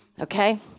okay